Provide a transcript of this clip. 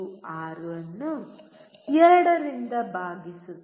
96 ಅನ್ನು 2 ರಿಂದ ಭಾಗಿಸುತ್ತದೆ